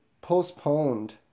postponed